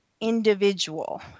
individual